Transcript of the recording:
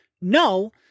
No